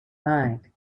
mind